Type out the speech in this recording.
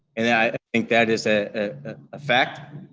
and i think that is a fact